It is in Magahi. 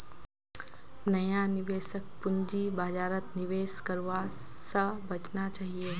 नया निवेशकक पूंजी बाजारत निवेश करवा स बचना चाहिए